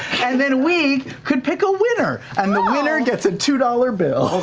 then we could pick a winner. and the winner gets a two dollar bill.